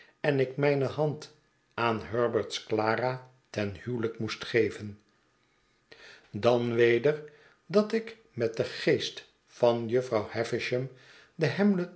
en ik mijne hand aan herbert's clara ten huwelijk moest geven dan weder dat ik met den geest van jufvroirw havisham den hamlet